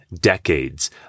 decades